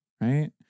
Right